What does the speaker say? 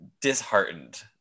disheartened